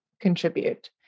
contribute